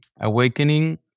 awakening